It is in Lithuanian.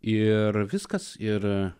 ir viskas ir